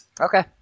Okay